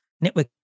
network